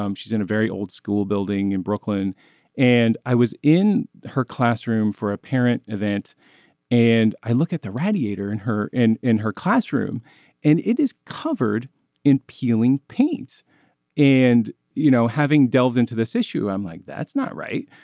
um she's in a very old school building in brooklyn and i was in her classroom for a parent event and i look at the radiator in her in in her classroom and it is covered in peeling paint and you know having delves into this issue i'm like that's not right.